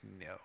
no